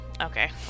okay